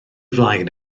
flaen